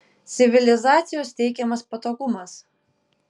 civilizacijos teikiamas patogumas